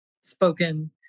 spoken